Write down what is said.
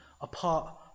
apart